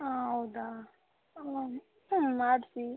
ಹಾಂ ಹೌದಾ ಹ್ಞೂ ಮಾಡಿಸಿ